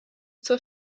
zur